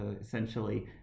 essentially